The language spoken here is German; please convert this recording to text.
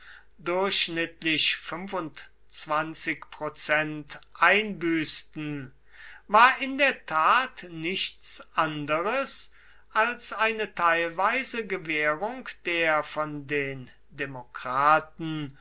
durchschnittlich prozent einbüßten war in der tat nichts anderes als eine teilweise gewährung der von den demokraten